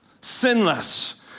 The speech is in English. sinless